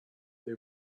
they